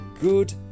good